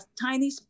tiny